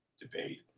debate